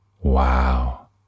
Wow